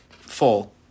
full